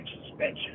suspension